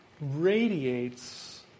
radiates